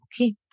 okay